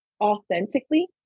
authentically